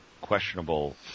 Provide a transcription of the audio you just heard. questionable